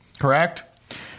correct